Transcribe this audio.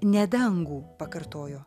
ne dangų pakartojo